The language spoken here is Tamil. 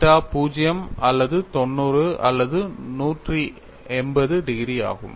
தீட்டா 0 அல்லது 90 அல்லது 180 டிகிரி ஆகும்